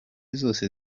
zose